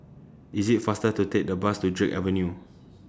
IS IT faster to Take The Bus to Drake Avenue